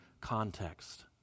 context